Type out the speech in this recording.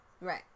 right